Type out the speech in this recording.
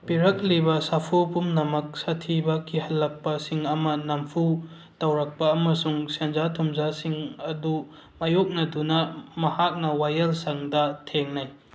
ꯄꯤꯔꯛꯂꯤꯕ ꯁꯥꯐꯨ ꯄꯨꯝꯅꯃꯛ ꯁꯥꯊꯤꯕ ꯀꯤꯈꯜꯂꯛꯄꯁꯤꯡ ꯑꯃ ꯅꯝꯐꯨ ꯇꯧꯔꯛꯄ ꯑꯃꯁꯨꯡ ꯁꯦꯟꯖꯥ ꯊꯨꯝꯖꯥꯁꯤꯡ ꯑꯗꯨ ꯃꯥꯌꯣꯛꯅꯗꯨꯅ ꯃꯍꯥꯛꯅ ꯋꯥꯌꯦꯜꯁꯪꯗ ꯊꯦꯡꯅꯩ